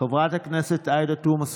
חברת הכנסת עאידה תומא סלימאן,